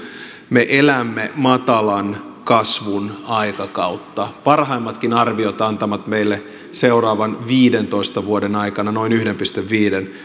me elämme matalan kasvun aikakautta parhaimmatkin arviot antavat meille seuraavien viidentoista vuoden aikana noin yhden pilkku viiden